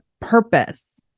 purpose